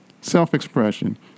self-expression